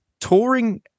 touring